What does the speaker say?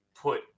put